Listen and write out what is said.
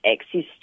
Access